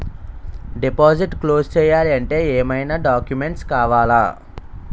Deposit close చేయాలి అంటే ఏమైనా డాక్యుమెంట్స్ కావాలా?